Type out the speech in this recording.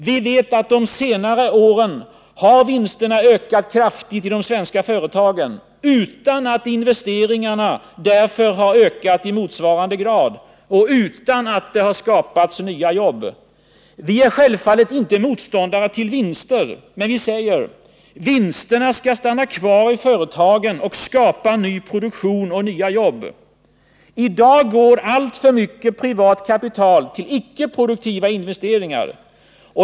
Vi vet att vinsterna i de svenska företagen har ökat kraftigt under de senaste åren utan att investeringarna därför har ökat i motsvarande grad och utan att det skapats nya jobb. Vi är självfallet inte motståndare till vinster, men vi säger: Vinsterna skall stanna kvar i företagen och skapa ny produktion och nya jobb. I dag går alltför mycket privat kapital till icke-produktiva investeringar.